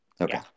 Okay